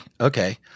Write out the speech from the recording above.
okay